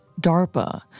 DARPA